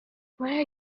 where